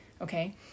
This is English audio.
Okay